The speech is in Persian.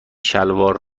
شلوار